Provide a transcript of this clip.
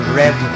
red